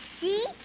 See